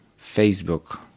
Facebook